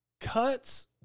Cuts